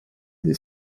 des